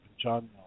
John